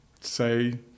say